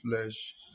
flesh